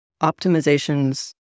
optimizations